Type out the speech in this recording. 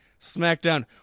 SmackDown